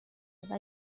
بوده